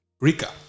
Rika